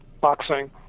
boxing